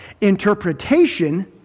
Interpretation